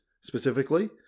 specifically